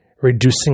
reducing